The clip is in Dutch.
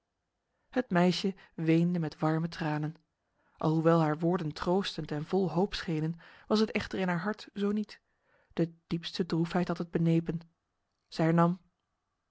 het meisje weende met warme tranen alhoewel haar woorden troostend en vol hoop schenen was het echter in haar hart zo niet de diepste droefheid had het benepen zij